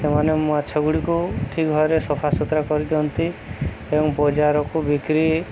ସେମାନେ ମାଛ ଗୁଡ଼ିକୁ ଠିକ୍ ଭାବରେ ସଫାସୁତୁରା କରିଦିଅନ୍ତି ଏବଂ ବଜାରକୁ ବିକ୍ରି